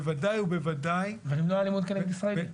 בוודאי ובוודאי --- ולמנוע אלימות כנגד ישראלים.